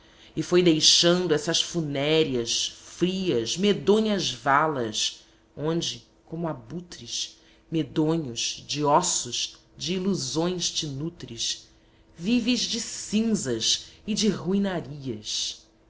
deixando e foi deixando essas funéreas frias medonhas valas onde como abutres medonhos de ossos de ilusões te nutres vives de cinzas e de ruinarias agora